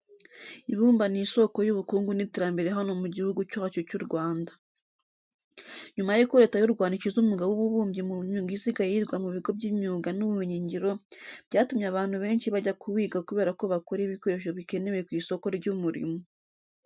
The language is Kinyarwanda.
Ibumba ni isoko y'ubukungu n'iterambere hano mu gihugu cyacu cy'u Rwanda. Nyuma yuko Leta y'u Rwanda ishyize umwuga w'ububumbyi mu myuga isigaye yigwa mu bigo by'imyuga n'ubumenyingiro, byatumye abantu benshi bajya kuwiga kubera ko bakora ibikoresho bikenewe ku isoko ry'umurimo.